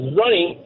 running